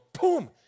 boom